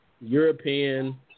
European